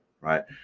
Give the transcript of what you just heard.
Right